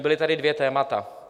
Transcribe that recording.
Byla tady dvě témata.